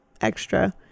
extra